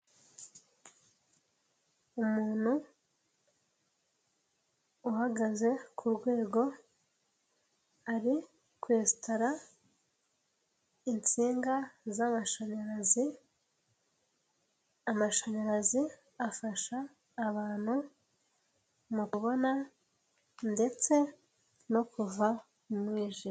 Umuntu uhagaze ku rwego rwego ari kwesitara insinga z'amashanyarazi, amashanyarazi afasha abantu mu kubona ndetse no kuva mu mwijima.